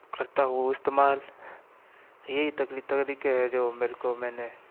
करता हूँ इस्तेमाल ये तगली तरीके हैं जो मेरको मैंने